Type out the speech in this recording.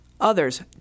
others